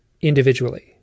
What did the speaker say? individually